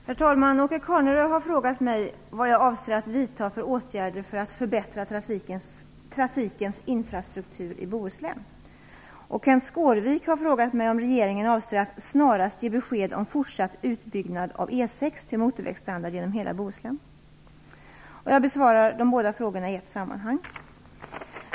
Herr talman! Åke Carnerö har frågat mig vad jag avser att vidta för åtgärder för att förbättra trafikens infrastruktur i Bohuslän. Kenth Skårvik har frågat mig om regeringen avser att snarast ge besked om fortsatt utbyggnad av E 6 till motorvägsstandard genom hela Bohuslän. Jag besvarar de båda frågorna i ett sammanhang.